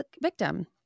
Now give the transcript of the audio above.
victim